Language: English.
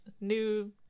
new